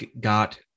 got